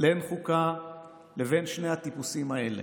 בין חוקה לבין שני הטיפוסים האלה.